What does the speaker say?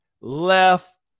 left